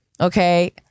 okay